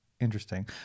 interesting